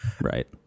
Right